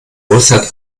uhrzeit